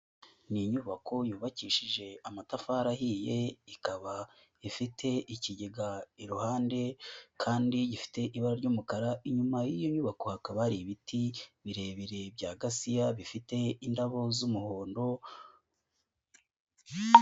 Ni inyubako yubakishije amatafari ahiye, ikaba ifite ikigega iruhande kandi gifite ibara ry'umukara, inyuma y'iyo nyubako hakaba hari ibiti birebire bya gasiya bifite indabo z'umuhondo.